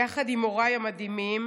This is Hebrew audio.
יחד עם הוריי המדהימים,